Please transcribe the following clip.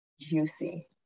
Juicy